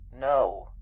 No